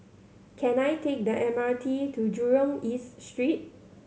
can I take the M R T to Jurong East Street